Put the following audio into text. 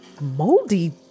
moldy